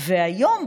והיום,